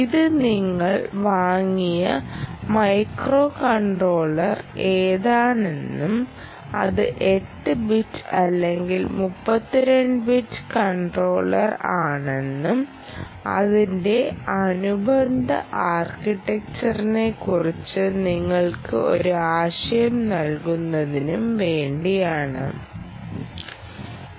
ഇത് നിങ്ങൾ വാങ്ങിയ മൈക്ക്രോകൺട്രോളർ ഏതാണെന്നും അത് 8 ബിറ്റ് അല്ലെങ്കിൽ 32 ബിറ്റ് കൺട്രോളർ ആണെന്നും അതിന്റെ അനുബന്ധ ആർക്കിടെക്ച്ചറിനെക്കുറിച്ച് നിങ്ങൾക്ക് ഒരു ആശയം നൽകുന്നതിനും വേണ്ടിയാണിത്